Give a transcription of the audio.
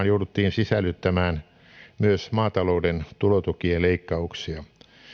jouduttiin sisällyttämään myös maatalouden tulotukien leikkauksia